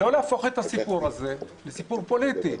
אבל לא להפוך את הסיפור הזה לסיפור פוליטי.